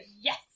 Yes